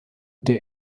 der